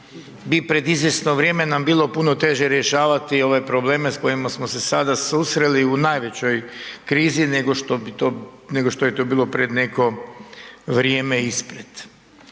bi pred izvjesno vrijeme nam bilo puno teže rješavati ove probleme s kojima smo se sada susreli u najvećoj krizi nego što je to bilo pred neko vrijeme ispred.